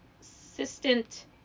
assistant